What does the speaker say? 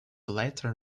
later